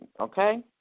okay